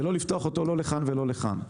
לא לפתוח אותו לא לכאן ולא לכאן.